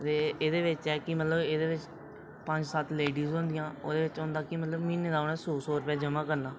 ते एह्दे बिच एह् ऐ कि मतलब एह्दे बिच पंज सत्त लेडीज़ होंदियां ते म्हीने दा उ'नें सौ सौ रपेआ जमां करना